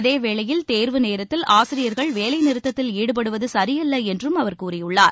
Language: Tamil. அதேவேளையில் தேர்வு நேரத்தில் ஆசிரியர்கள் வேலைநிறுத்தத்தில் ஈடுபடுவது சரியல்ல என்றும் அவர் கூறியுள்ளார்